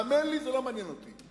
האמן לי, זה לא מעניין אותי.